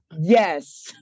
Yes